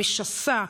משסה,